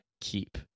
keep